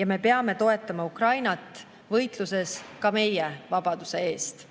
ja me peame toetama Ukrainat võitluses ka meie vabaduse eest.